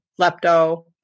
lepto